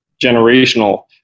generational